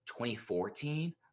2014